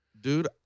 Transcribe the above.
dude